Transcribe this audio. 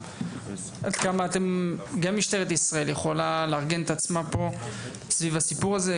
גם משטרת ישראל יכולה לארגן את עצמה פה סביב הסיפור הזה,